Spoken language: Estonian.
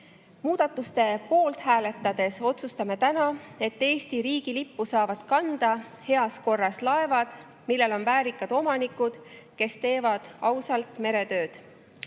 Muudatuste poolt hääletades otsustame täna, et Eesti riigi lippu saavad kanda heas korras laevad, millel on väärikad omanikud, kes teevad ausalt meretööd.